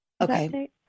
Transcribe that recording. okay